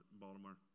Baltimore